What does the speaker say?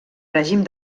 règim